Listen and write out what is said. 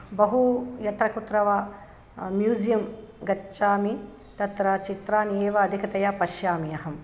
बहु यत्र कुत्र वा म्यूसियं गच्छामि तत्र चित्राणि एव अधिकतया पश्यामि अहम्